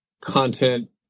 content